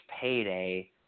payday